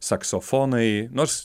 saksofonai nors